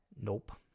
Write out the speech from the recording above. Nope